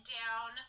down